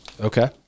Okay